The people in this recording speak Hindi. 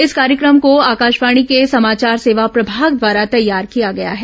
इस कार्यक्रम को आकाशवाणी के समाचार सेवा प्रभाग द्वारा तैयार किया गया है